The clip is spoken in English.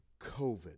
COVID